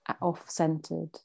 off-centered